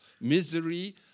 misery